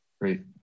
Great